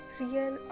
real